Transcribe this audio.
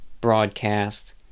broadcast